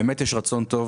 רצון טוב,